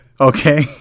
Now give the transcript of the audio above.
Okay